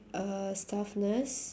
a staff nurse